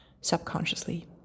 subconsciously